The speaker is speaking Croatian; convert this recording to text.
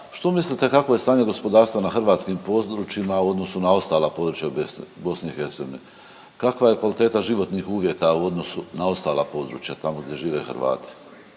što mislite kakvo je stanje gospodarstva na hrvatskim područjima u odnosu na ostala područja u BiH? Kakva je kvaliteta životnih uvjeta u odnosu na ostala područja tamo gdje žive Hrvati?